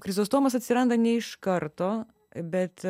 krizostomas atsiranda ne iš karto bet